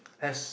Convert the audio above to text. as